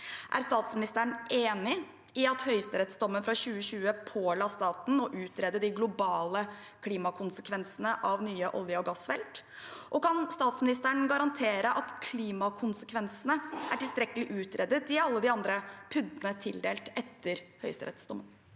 Er statsministeren enig i at høyesterettsdommen fra 2020 påla staten å utrede de globale klimakonsekvensene av nye olje- og gassfelt? Og kan statsministeren garantere at klimakonsekvensene er tilstrekkelig utredet i alle de andre PUD-ene som er tildelt etter høyesterettsdommen?